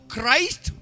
Christ